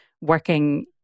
working